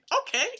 Okay